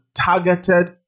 targeted